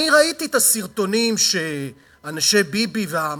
אני ראיתי את הסרטונים שאנשי ביבי ומה